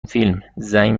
فیلم، زنگ